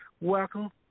welcome